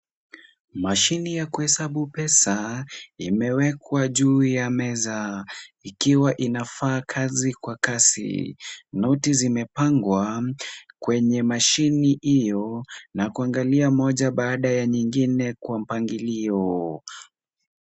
Mashini ya kuhesabu pesa imewekwa juu ya meza, ikiwa inafanya kazi kwa kasi, noti zimepangwa kwenye mashini hiyo na kuangalia moja baada ya nyingine kwa mpangilio.